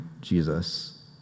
Jesus